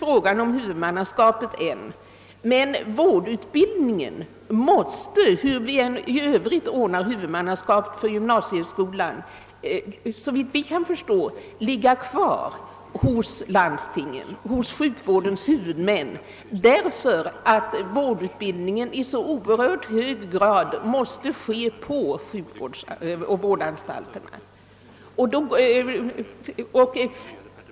Frågan om huvudmannaskapet har ännu inte lösts, men vårdutbildningen måste hur vi än i övrigt ordnar huvudmannaskapet för gymnasiet ligga kvar hos landstingen — sjukvårdshuvudmännen — eftersom vårdutbildningen i så hög grad måste ske på vårdanstalterna.